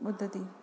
मुद्दति